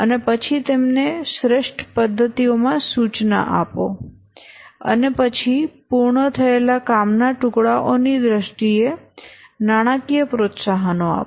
અને પછી તેમને શ્રેષ્ઠ પદ્ધતિઓમાં સૂચના આપો અને પછી પૂર્ણ થયેલા કામના ટુકડાઓની દ્રષ્ટિએ નાણાકીય પ્રોત્સાહનો આપો